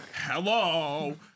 hello